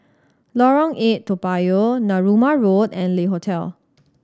Lorong Eight Toa Payoh Narooma Road and Le Hotel